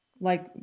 Like-